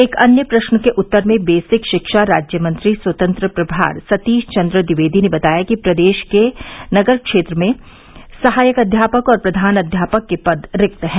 एक अन्य प्रश्न के उत्तर में बेसिक शिक्षा राज्य मंत्री स्वतंत्र प्रभार सतीश चन्द्र द्विवेदी ने बताया कि प्रदेश में नगर क्षेत्र में सहायक अध्यापक और प्रधान अध्यापक के पद रिक्त है